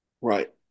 Right